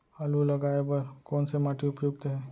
आलू लगाय बर कोन से माटी उपयुक्त हे?